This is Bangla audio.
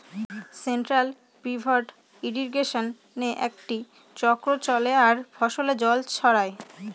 সেন্ট্রাল পিভট ইর্রিগেশনে একটি চক্র চলে আর ফসলে জল ছড়ায়